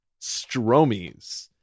Stromies